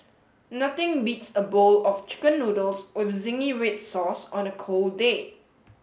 nothing beats a bowl of chicken noodles with zingy red sauce on a cold day